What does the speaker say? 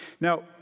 now